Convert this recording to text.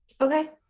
Okay